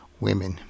women